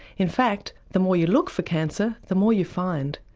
in fact the more you look for cancer the more you find.